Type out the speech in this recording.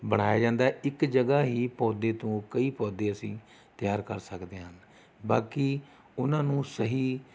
ਬਣਾਇਆ ਜਾਂਦਾ ਹੈ ਇੱਕ ਜਗ੍ਹਾ ਹੀ ਪੌਦੇ ਤੋਂ ਕਈ ਪੌਦੇ ਅਸੀਂ ਤਿਆਰ ਕਰ ਸਕਦੇ ਹਨ ਬਾਕੀ ਉਹਨਾਂ ਨੂੰ ਸਹੀ